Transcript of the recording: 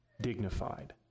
dignified